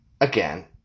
Again